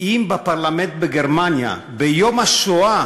אם בפרלמנט בגרמניה ביום השואה